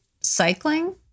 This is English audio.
cycling